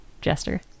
jester